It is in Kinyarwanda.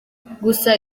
gusa